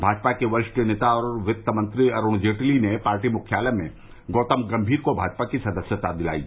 भाजपा के वरिष्ठ नेता और वित्त मंत्री अरूण जेटली ने पार्टी मुख्यालय में गौतम गंभीर को भाजपा की सदस्यता दिलायी